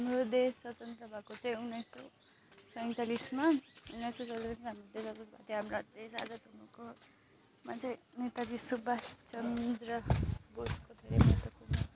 हाम्रो देश स्वतन्त्र भएको चाहिँ उन्नाइस सौ सैँतालिसमा उन्नाइस सौ चल्दैछ त्यहाँबाट देश आजाद हुनुकोमा चाहिँ नेताजी सुभाषचन्द्र बोसको धेरै महत्त्वपूर्ण